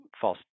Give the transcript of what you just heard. false